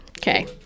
Okay